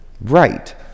Right